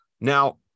Now